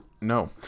No